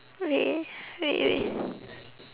wait wait wait